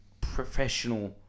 professional